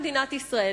במדינת ישראל,